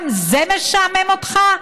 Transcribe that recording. גם זה משעמם אותך?